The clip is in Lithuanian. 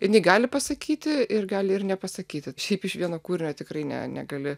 jinai negali pasakyti ir gali ir nepasakyti šiaip iš vieno kūrinio tikrai ne negali